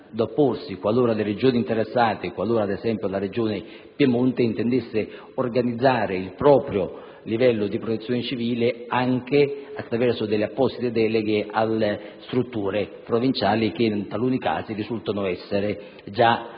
opporrebbe qualora le Regioni interessate, ad esempio il Piemonte, intendessero organizzare il proprio livello di protezione civile anche attraverso apposite deleghe alle strutture provinciali che, in taluni casi, risultano essere già pronte